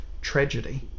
tragedy